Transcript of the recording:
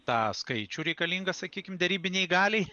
tą skaičių reikalingą sakykim derybinei galiai